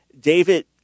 David